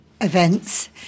events